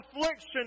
affliction